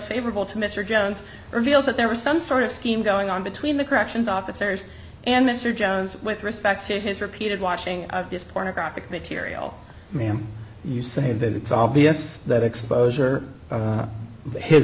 favorable to mr jones reveals that there was some sort of scheme going on between the corrections officers and mr jones with respect to his repeated watching this pornographic material you say that it's all b s that exposure